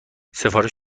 سفارش